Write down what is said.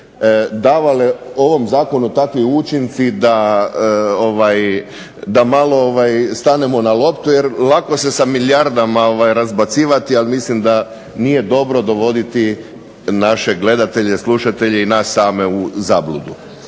davale ovom zakonu takvi učinci da malo stanemo na loptu, jer lako se sa milijardama razbacivati. Ali mislim da nije dobro dovoditi naše gledatelje, slušatelje i nas same u zabludu.